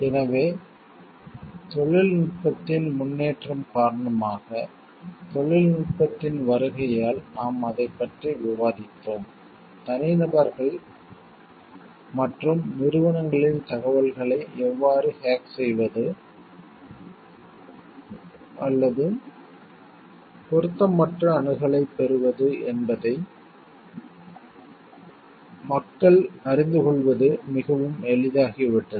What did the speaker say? எனவே தொழில்நுட்பத்தின் முன்னேற்றம் காரணமாக தொழில்நுட்பத்தின் வருகையால் நாம் அதைப் பற்றி விவாதித்தோம் தனிநபர்கள் மற்றும் நிறுவனங்களின் தகவல்களை எவ்வாறு ஹேக் செய்வது அல்லது பொருத்தமற்ற அணுகலைப் பெறுவது என்பதை மக்கள் அறிந்து கொள்வது மிகவும் எளிதாகிவிட்டது